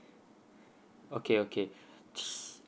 okay okay